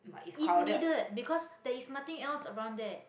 is needed because there is nothing else around there